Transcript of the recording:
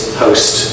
host